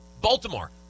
Baltimore